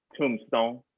Tombstone